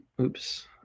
Oops